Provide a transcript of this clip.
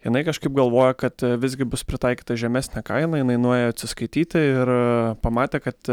jinai kažkaip galvojo kad visgi bus pritaikyta žemesnė kaina jinai nuėjo atsiskaityti ir pamatė kad